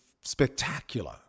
spectacular